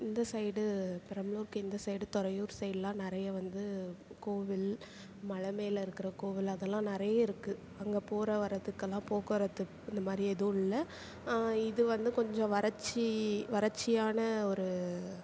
இந்த சைடு பெரம்பலூர்க்கு இந்த சைடு துறையூர் சைட்லாம் நிறைய வந்து கோவில் மலை மேலே இருக்கிற கோவில் அதெல்லாம் நிறைய இருக்குது அங்கே போகிற வர்றத்துக்கெல்லாம் போக்குவரத்து இந்த மாதிரி எதுவும் இல்லை இது வந்து கொஞ்சம் வறட்சி வறட்சியான ஒரு